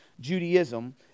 Judaism